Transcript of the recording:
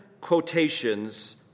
quotations